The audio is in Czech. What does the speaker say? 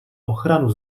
ochranu